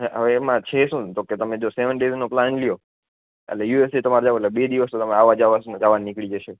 હવે એમા છે શું કે તો તમે સેવન ડેસનો પ્લાન લ્યો એલે યુએસ થી તમારે જાયું એટલે બે દિવસ તો તમે આવા જાવા જાવામાં નિકળી જસે